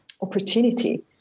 opportunity